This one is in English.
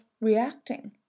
reacting